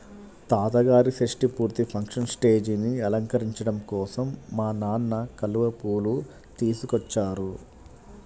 తాతగారి షష్టి పూర్తి ఫంక్షన్ స్టేజీని అలంకరించడం కోసం మా నాన్న కలువ పూలు తీసుకొచ్చారు